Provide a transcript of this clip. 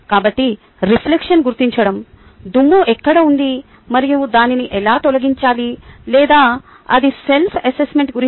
కాబట్టి రిఫ్లెక్షన్ గుర్తించడం దుమ్ము ఎక్కడ ఉంది మరియు దానిని ఎలా తొలగించాలి లేదా అది సెల్ఫ్ అసెస్మెంట్ గురించి